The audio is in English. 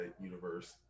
universe